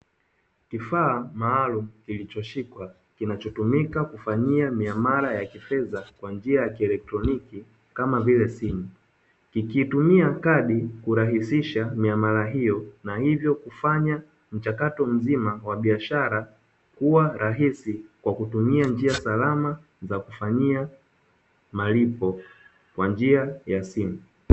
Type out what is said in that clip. Kifaa maalumu kilichoshikwa kinachotumika kufanyia miamala ya kifedha kwa njia ya kielektroniki kama vile simu. Ikitumia kadi kurahisisha miamala hiyo na hivyo kufanya mchakato mzima wa biashara kuwa rahisi kwa kutumia njia salama za kufanyia malipo kwa njia ya simu.